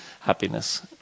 happiness